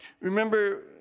remember